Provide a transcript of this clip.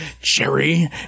Jerry